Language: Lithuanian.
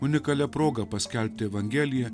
unikalia proga paskelbti evangeliją